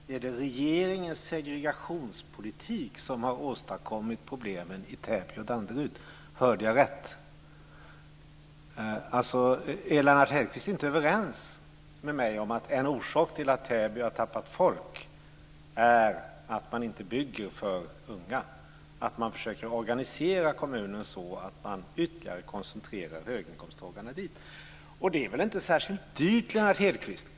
Fru talman! Är det regeringens segregationspolitik som har åstadkommit problemen i Täby och Danderyd? Hörde jag rätt? Är inte Lennart Hedquist överens med mig om att en orsak till att Täby har tappat folk är att man inte bygger för unga och att man försöker organisera kommunen så att man ytterligare koncentrerar höginkomsttagarna dit? Det är väl inte särskilt dyrt, Lennart Hedquist?